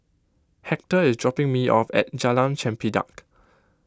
Hector is dropping me off at Jalan Chempedak